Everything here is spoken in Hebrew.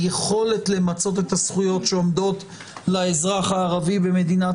היכולת למצות את הזכויות שעומדות לאזרח הערבי במדינת